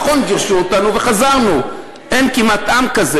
נכון, גירשו אותנו וחזרנו, אין כמעט עם כזה,